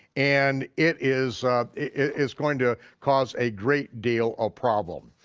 and it is is going to cause a great deal of problem.